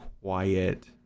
quiet